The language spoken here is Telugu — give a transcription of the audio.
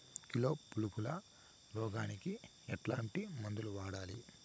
కిలో పులుగుల రోగానికి ఎట్లాంటి మందులు వాడాలి?